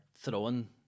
Throwing